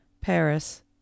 Paris